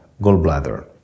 gallbladder